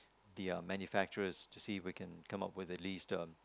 the uh manufacturers to see if we can come up with at least uh